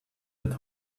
and